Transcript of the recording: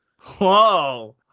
Whoa